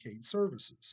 Services